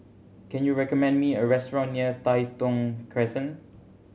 can you recommend me a restaurant near Tai Thong Crescent